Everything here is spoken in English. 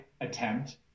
attempt